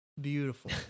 beautiful